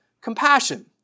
compassion